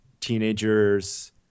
Teenagers